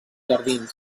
jardins